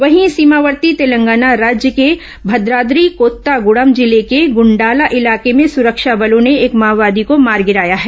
वहीं सीमावर्ती तेलंगाना राज्य के भद्राईी कोत्तागडम जिले के गंडाला इलाके में सुरक्षा बलों ने एक माओवादी को मार गिराया है